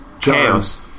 chaos